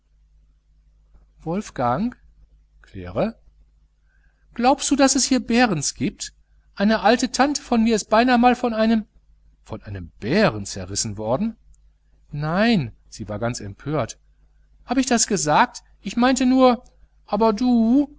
wolfgang claire glaubssu daß es hier bärens gibs eine alte tante von mir is beinah mal von einem von einem bären zerrissen worden nein sie war ganz empört habe ich das gesagt ich meinte nur aber du